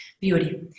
beauty